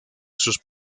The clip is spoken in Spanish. sus